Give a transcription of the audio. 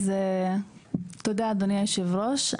תודה יושב הראש,